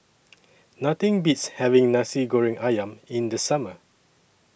Nothing Beats having Nasi Goreng Ayam in The Summer